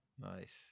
Nice